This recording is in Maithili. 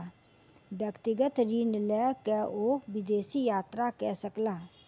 व्यक्तिगत ऋण लय के ओ विदेश यात्रा कय सकला